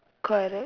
correct